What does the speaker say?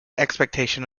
expectation